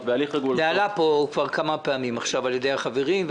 זה עלה פה כבר כמה פעמים על ידי החברים.